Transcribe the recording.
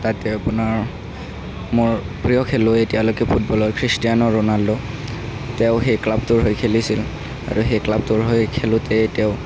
তাতে আপোনাৰ মোৰ প্ৰিয় খেলুৱৈ এতিয়ালৈকে ফুটবলৰ ক্ৰিষ্টিয়ানো ৰনাল্ডো তেওঁ সেই ক্লাবটোৰ হৈ খেলিছিল আৰু সেই ক্লাবটোৰ হৈ খেলোতেই তেওঁ